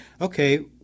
okay